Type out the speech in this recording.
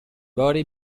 باری